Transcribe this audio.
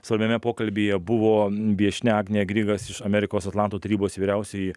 svarbiame pokalbyje buvo viešnia agnė grigas iš amerikos atlanto tarybos vyriausioji